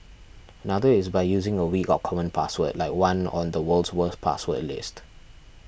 another is by using a weak or common password like one on the world's worst password list